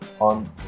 on